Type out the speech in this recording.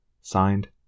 Signed